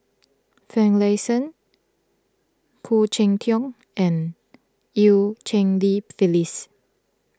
Finlayson Khoo Cheng Tiong and Eu Cheng Li Phyllis